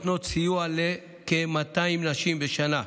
התוכנית נותנת סיוע לכ-200 נשים בשנה,